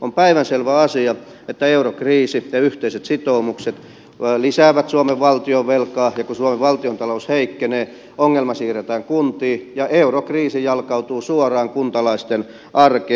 on päivänselvä asia että eurokriisi ja yhteiset sitoumukset lisäävät suomen valtionvelkaa ja kun suomen valtiontalous heikkenee ongelma siirretään kuntiin ja eurokriisi jalkautuu suoraan kuntalaisten arkeen